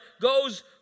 goes